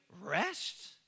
rest